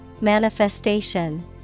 Manifestation